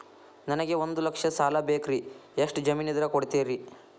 ನನಗೆ ಒಂದು ಲಕ್ಷ ಸಾಲ ಬೇಕ್ರಿ ಎಷ್ಟು ಜಮೇನ್ ಇದ್ರ ಕೊಡ್ತೇರಿ?